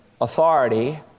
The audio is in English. authority